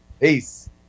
Peace